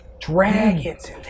dragon's